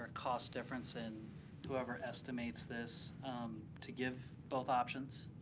cost difference in whoever estimates this to give both options?